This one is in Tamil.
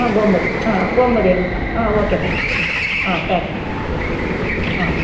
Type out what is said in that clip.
ஆ கோமதி ஆ கோமதினு ah okay ma'am ah thank you ma'am ah